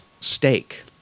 steak